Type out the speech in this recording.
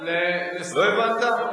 לא הבנת?